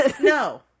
No